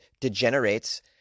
degenerates